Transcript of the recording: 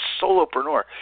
solopreneur